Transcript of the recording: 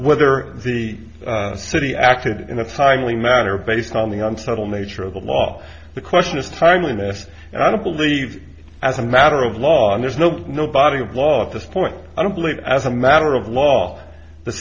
whether the city acted in a timely manner based on the on subtle nature of the law the question is timeliness and i don't believe as a matter of law and there's no no body of law at this point i don't believe as a matter of law the